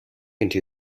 into